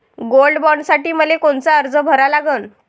Gold बॉण्डसाठी मले कोनचा अर्ज भरा लागन?